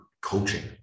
coaching